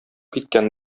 киткән